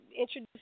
introduce